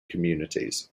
communities